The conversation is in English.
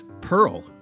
Pearl